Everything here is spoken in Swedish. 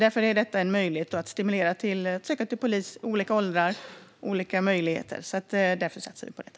Därför är detta en möjlighet att stimulera till att söka till polisutbildningen i olika åldrar och med olika möjligheter. Därför satsar vi på detta.